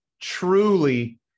truly